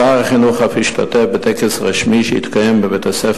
שר החינוך אף השתתף בטקס רשמי שהתקיים בבית-ספר